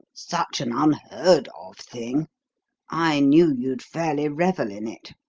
such an unheard-of-thing, i knew you'd fairly revel in it.